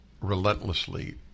relentlessly